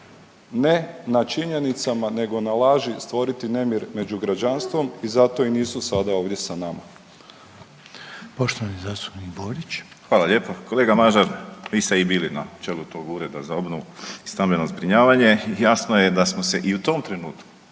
ne na činjenicama nego na laži stvoriti nemir među građanstvom i zato nisu sada ovdje sa nama. **Reiner, Željko (HDZ)** Poštovani zastupnik Borić. **Borić, Josip (HDZ)** Hvala lijepa. Kolega Mažar, vi ste i bili na čelu tog ureda za obnovu i stambeno zbrinjavanje, jasno je da smo se i u tom trenutku